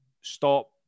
stop